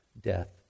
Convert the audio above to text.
death